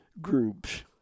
groups